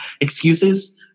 excuses